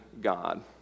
God